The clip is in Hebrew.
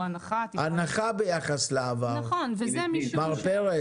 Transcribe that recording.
הנחה ביחס לעבר, מר פרץ.